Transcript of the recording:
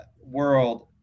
world